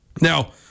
Now